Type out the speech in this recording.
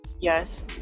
Yes